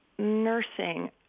nursing